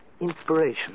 inspiration